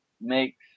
makes